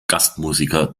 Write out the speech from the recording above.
gastmusiker